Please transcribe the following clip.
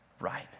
Right